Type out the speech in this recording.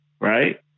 right